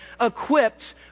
equipped